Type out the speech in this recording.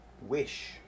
wish